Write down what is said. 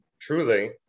truly